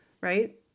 Right